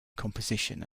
composition